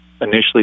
initially